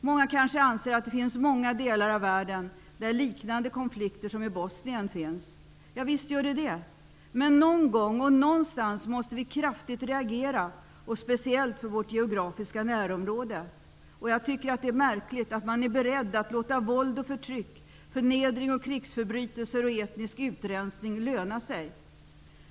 Många kanske anser att det finns många delar av världen där liknande konflikter som den i Bosnien finns. Ja visst är det så. Men någon gång och någonstans måste vi kraftigt reagera, och speciellt för vårt geografiska närområde. Jag tycker att det är märkligt att man är beredd att låta våld och förtryck, förnedring och krigsförbrytelser och etnisk utrensning löna sig.